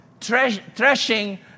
threshing